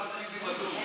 לחץ פיזי מתון.